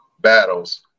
battles